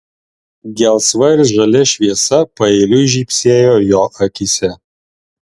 gelsva ir žalia šviesa paeiliui žybsėjo jo akyse